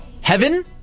Heaven